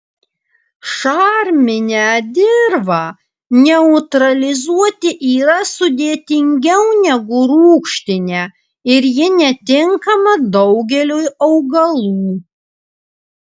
šarminę dirvą neutralizuoti yra sudėtingiau negu rūgštinę ir ji netinkama daugeliui augalų